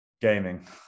Gaming